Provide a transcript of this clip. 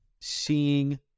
seeing